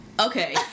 Okay